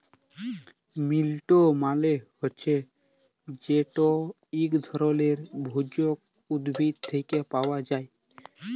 মিল্ট মালে হছে যেট ইক ধরলের ভেষজ উদ্ভিদ থ্যাকে পাওয়া যায়